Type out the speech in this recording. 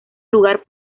lugar